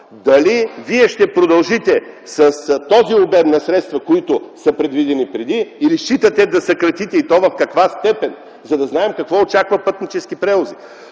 Дали Вие ще продължите с този обем на средства, които са предвидени преди, или считате да съкратите, и то в каква степен, за да знаем какво очаква „Пътнически превози”?